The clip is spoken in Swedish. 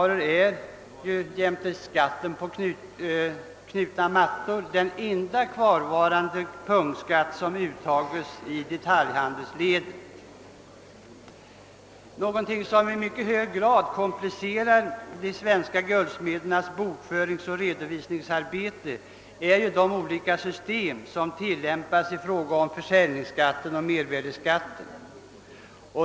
ror är jämte skatten på knutna mattor den enda kvarvarande punktskatt som uttages i detaljhandelsledet. Någonting som i mycket hög grad komplicerar de svenska guldsmedernas bokföringsoch redovisningsarbete är de olika system som tillämpas i fråga om försäljningsskatten och mervärdeskatten.